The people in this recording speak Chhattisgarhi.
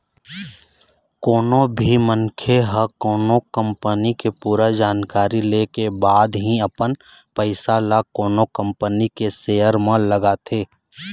कोनो भी मनखे ह कोनो कंपनी के पूरा जानकारी ले के बाद ही अपन पइसा ल कोनो कंपनी के सेयर म लगाथे